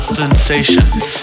sensations